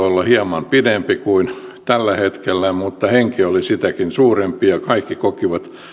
olla hieman pidempi kuin tällä hetkellä mutta henki oli sitäkin suurempi kaikki kokivat